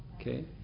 okay